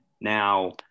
Now